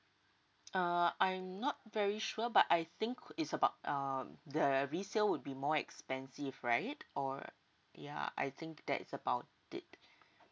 uh I'm not very sure but I think could it's about um the resale would be more expensive right or yeah I think that's about it